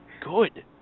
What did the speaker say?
good